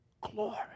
glory